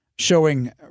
showing